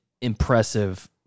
impressive